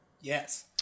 Yes